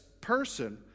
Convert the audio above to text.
person